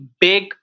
big